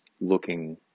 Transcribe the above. looking